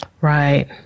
Right